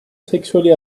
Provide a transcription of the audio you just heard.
sexually